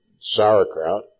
sauerkraut